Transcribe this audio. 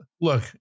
look